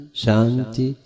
shanti